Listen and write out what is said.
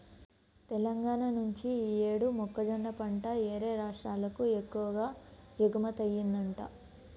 తెలంగాణా నుంచి యీ యేడు మొక్కజొన్న పంట యేరే రాష్ట్రాలకు ఎక్కువగా ఎగుమతయ్యిందంట